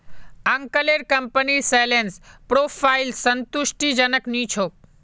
अंकलेर कंपनीर sales profile संतुष्टिजनक नी छोक